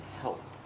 help